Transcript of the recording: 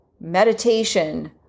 meditation